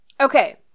okay